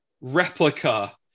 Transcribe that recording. replica